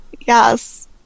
Yes